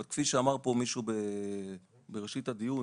אבל כפי שאמר פה מישהו בתחילת הדיון,